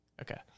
Okay